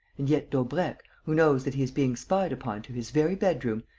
and yet daubrecq, who knows that he is being spied upon to his very bedroom,